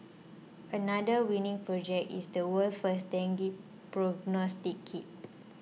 another winning project is the world's first dengue prognostic kit